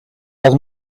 las